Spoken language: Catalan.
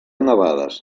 nevades